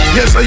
Yes